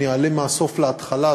אני אענה מהסוף להתחלה,